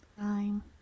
time